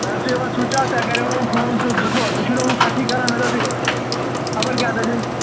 تۄہہِ اوسوٕ یِوان سُچ آف تۄہہِ کَریمو مےٚ فون زٕ ژور تُہۍ چھُنہٕ وۅنۍ کَتھٕے کَران مےٚ دوٚپ یہِ خبر کیٛاہ دٔلیٖل